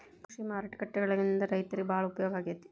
ಕೃಷಿ ಮಾರುಕಟ್ಟೆಗಳಿಂದ ರೈತರಿಗೆ ಬಾಳ ಉಪಯೋಗ ಆಗೆತಿ